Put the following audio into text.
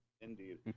indeed